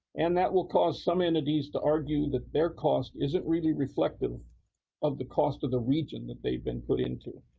and that will cause some entities to argue that their cost isn't really reflective of the cost of the region that they've been put into.